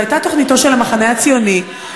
זו הייתה תוכניתו של המחנה הציוני.